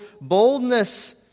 boldness